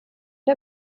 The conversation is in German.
der